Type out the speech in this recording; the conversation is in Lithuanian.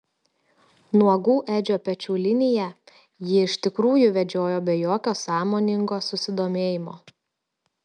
nuogų edžio pečių liniją ji iš tikrųjų vedžiojo be jokio sąmoningo susidomėjimo